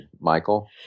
Michael